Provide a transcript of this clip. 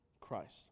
Christ